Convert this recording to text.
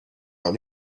out